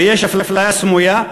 ויש אפליה סמויה,